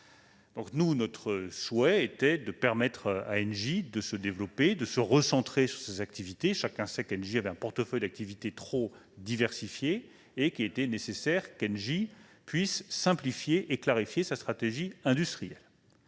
privées. Notre souhait était de permettre à Engie de se développer et de se recentrer sur ses activités ; chacun sait qu'elle gérait un portefeuille d'activités trop diversifié et qu'il lui était nécessaire de simplifier et de clarifier sa stratégie industrielle.